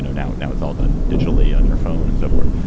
now now it's all done digitally on your phone and so forth.